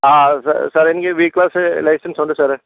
ആ സ സാർ എനിക്ക് വി ക്ലാസ് ലൈസൻസുണ്ട് സാറെ